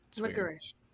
Licorice